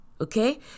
Okay